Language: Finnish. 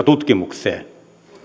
tutkimukseen